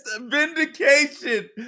vindication